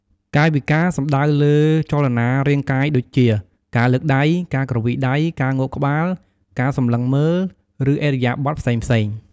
កាយវិការ សំដៅលើចលនារាងកាយដូចជា ការលើកដៃ ការគ្រវីដៃ ការងក់ក្បាល ការសម្លឹងមើល ឬឥរិយាបថផ្សេងៗ។